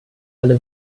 alle